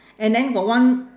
and then got one